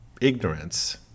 ignorance